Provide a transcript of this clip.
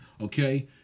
okay